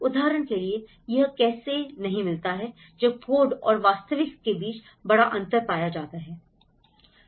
उदाहरण के लिए यह कैसे नहीं मिलता है जब कोड और वास्तविकता के बीच एक बड़ा अंतर पाया जाता है